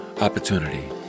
opportunity